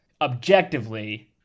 objectively –